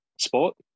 sport